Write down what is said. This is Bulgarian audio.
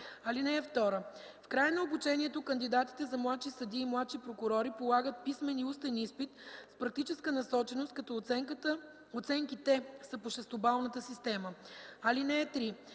(2) В края на обучението кандидатите за младши съдии и младши прокурори полагат писмен и устен изпит с практическа насоченост, като оценките са по шестобалната система. (3)